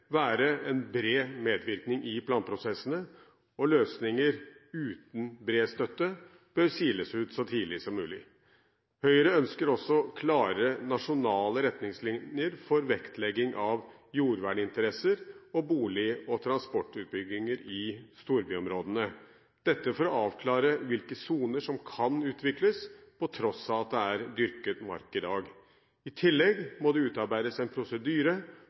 være en bred medvirkning i planprosessene, og løsninger uten bred støtte bør siles ut så tidlig som mulig. Høyre ønsker også klare nasjonale retningslinjer for vektlegging av jordverninteresser og bolig- og transportutbygginger i storbyområdene. Dette for å avklare hvilke soner som kan utvikles på tross av at det er dyrket mark i dag. I tillegg må det utarbeides en prosedyre